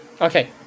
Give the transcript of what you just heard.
Okay